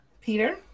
Peter